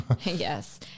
Yes